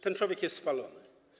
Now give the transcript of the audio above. Ten człowiek jest spalony.